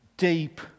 deep